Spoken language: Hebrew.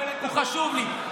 הוא חשוב לי,